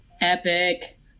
Epic